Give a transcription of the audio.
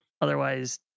Otherwise